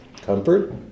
comfort